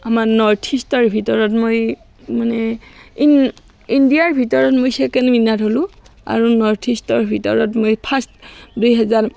আমাৰ নৰ্থ ইষ্টৰ ভিতৰত মই মানে ইণ ইণ্ডিয়াৰ ভিতৰত মই ছেকেণ্ড উইনাৰ হ'লোঁ আৰু নৰ্থ ইষ্টৰ ভিতৰত মই ফাষ্ট দুহেজাৰ